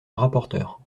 rapporteur